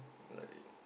like